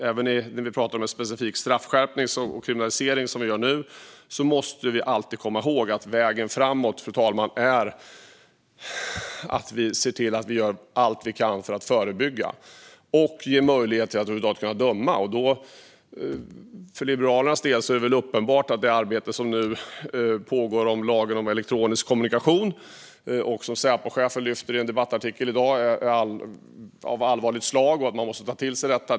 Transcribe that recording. Även när vi pratar om en specifik straffskärpning och kriminalisering, som vi gör nu, måste vi alltid komma ihåg att vägen framåt, fru talman, är att vi gör allt vi kan för att förebygga och ge möjlighet att över huvud taget kunna döma. För Liberalernas del är det uppenbart att det arbete som nu pågår med lagen om elektronisk kommunikation, och som Säpochefen lyfter upp i en debattartikel i dag, är av allvarligt slag och att man måste ta till sig detta.